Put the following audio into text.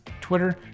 Twitter